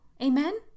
Amen